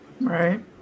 Right